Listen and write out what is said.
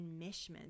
enmeshment